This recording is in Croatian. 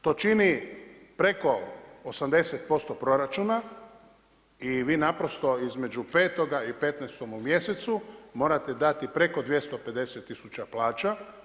To čini preko 80% proračuna i naprosto između petoga i 15. u mjesecu morate dati preko 250 tisuća plaća.